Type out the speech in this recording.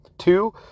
Two